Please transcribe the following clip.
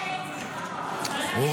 שלמה, לא לרדת.